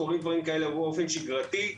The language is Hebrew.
קורים דברים כאלה באופן שגרתי.